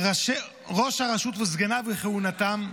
ראש הרשות וְסגניו וכהונתם).